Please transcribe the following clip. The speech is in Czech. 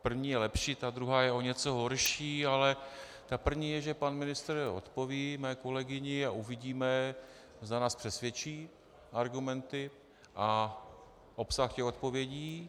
První je lepší, ta druhá je o něco horší, ale ta první je, že pan ministr odpoví mé kolegyni a uvidíme, zda nás přesvědčí argumenty a obsah těch odpovědí.